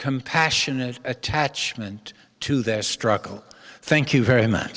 compassionate attachment to their struggle thank you very much